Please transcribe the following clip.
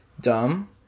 dumb